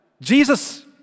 Jesus